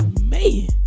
Man